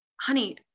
honey